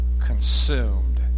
consumed